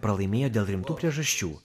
pralaimėjo dėl rimtų priežasčių